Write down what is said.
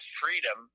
freedom